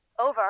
Over